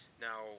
Now